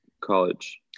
College